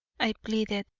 i pleaded,